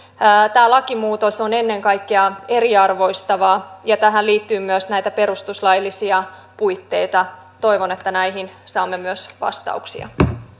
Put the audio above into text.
tämä lakimuutos on ennen kaikkea eriarvoistava ja tähän liittyy myös näitä perustuslaillisia puitteita toivon että näihin saamme myös vastauksia